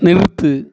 நிறுத்து